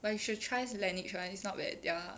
but you should try Laneige [one] it's not bad their